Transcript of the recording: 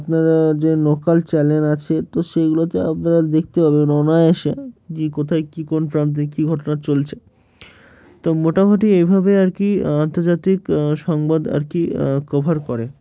আপনারা যে local channel আছে তো সেইগুলোতে আপনারা দেখতে পাবেন অনায়াসে যে কোথায় কী কোন প্রান্তে কী ঘটনা চলছে তো মোটামুটি এইভাবে আর কি আন্তর্জাতিক সংবাদ আর কি কভার করে